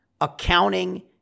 accounting